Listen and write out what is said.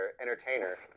Entertainer